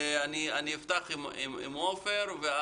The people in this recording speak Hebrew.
אני אפתח עם חבר הכנסת עופר כסיף